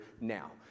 now